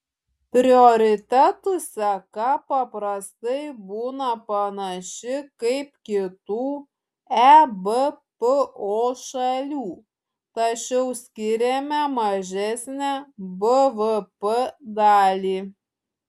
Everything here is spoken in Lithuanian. prioritetų seka paprastai būna panaši kaip kitų ebpo šalių tačiau skiriame mažesnę bvp dalį